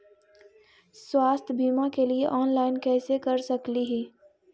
स्वास्थ्य बीमा के लिए ऑनलाइन कैसे कर सकली ही?